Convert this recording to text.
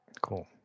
Cool